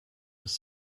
was